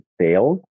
sales